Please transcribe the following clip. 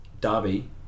Darby